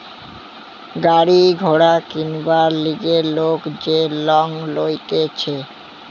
গাড়ি ঘোড়া কিনবার লিগে লোক যে লং লইতেছে